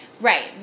Right